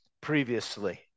previously